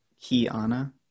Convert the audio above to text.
Kiana